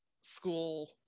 school